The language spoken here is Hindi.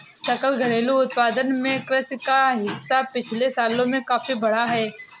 सकल घरेलू उत्पाद में कृषि का हिस्सा पिछले सालों में काफी बढ़ा है